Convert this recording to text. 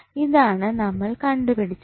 ഇതാണ് നമ്മൾ കണ്ടു പിടിച്ചത്